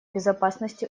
безопасности